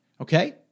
okay